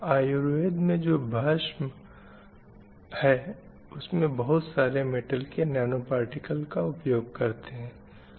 आयुर्वेद में जो भस्म है उसमें बहुत सारे मेटल के नैनो पार्टिकल का उपयोग करते हैं